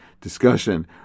discussion